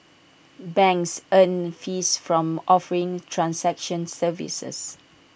banks earn fees from offering transaction services